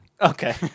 Okay